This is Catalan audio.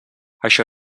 això